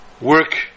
work